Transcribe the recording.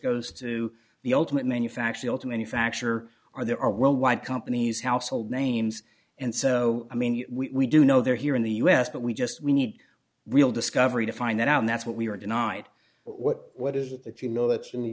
goes to the ultimate manufacturer to manufacture are there are worldwide companies household names and so i mean we do know they're here in the us but we just we need real discovery to find that out and that's what we were denied what what is it that you know that